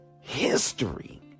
history